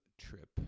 Trip